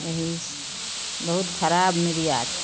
एन्ने बहुत खराब मीडिआ छै